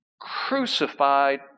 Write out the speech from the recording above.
crucified